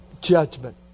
Judgment